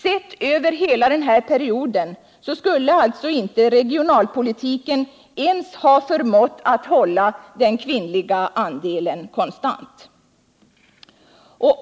Sett över hela denna period skulle regionalpolitiken alltså inte ens ha förmått hålla den kvinnliga andelen konstant!